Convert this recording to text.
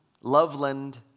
Loveland